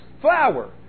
flour